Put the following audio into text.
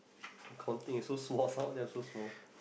I'm counting is so small some of them are so small